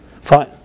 Fine